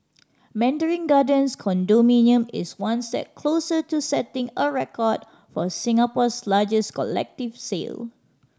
Mandarin Gardens condominium is one step closer to setting a record for Singapore's largest collective sale